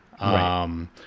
Right